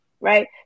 right